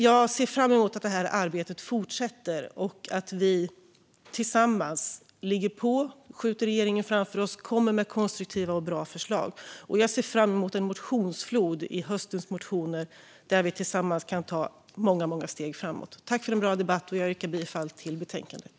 Jag ser fram emot att detta arbete fortsätter och att vi tillsammans ligger på, skjuter regeringen framför oss och kommer med konstruktiva och bra förslag. Jag ser fram emot en motionsflod i höst, då vi tillsammans kan ta många steg framåt. Tack för en bra debatt! Jag yrkar bifall till utskottets förslag i betänkandet.